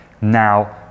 now